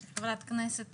חברת כנסת